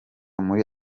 muri